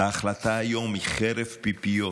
ההחלטה היום היא חרב פיפיות